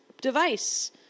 device